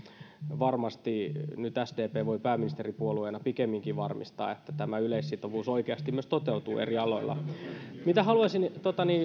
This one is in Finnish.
varmasti nyt sdp voi pääministeripuolueena pikemminkin varmistaa että yleissitovuus oikeasti myös toteutuu eri aloilla haluaisin